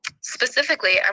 Specifically